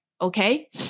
okay